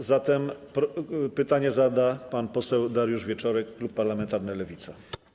A zatem pytanie zada pan poseł Dariusz Wieczorek, klub parlamentarny Lewica.